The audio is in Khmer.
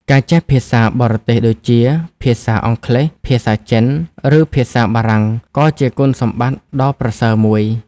ការចេះភាសាបរទេសដូចជា ភាសាអង់គ្លេស ភាសាចិន ឬភាសាបារាំង ក៏ជាគុណសម្បត្តិដ៏ប្រសើរមួយ។